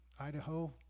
Idaho